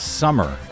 summer